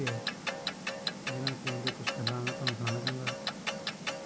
शैह्रें च स्वास्थ परिवान ते शिक्षा दे विकास तांई सरकार बड़ा कुश करी सकदी ऐ जेह्ड़ी कि कुश गल्लां तोआनू सनाना चाह्गा